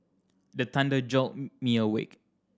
the thunder jolt me awake